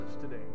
today